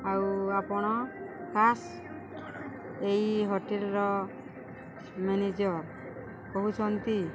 ଆଉ ଆପଣ ଖାସ୍ ଏଇ ହୋଟେଲ୍ର ମ୍ୟାନେଜର୍ କହୁଛନ୍ତି